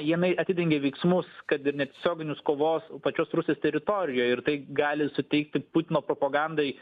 jinai atidengė veiksmus kad ir netiesioginius kovos pačios rusijos teritorijoj ir tai gali suteikti putino propagandai